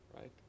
right